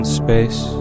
space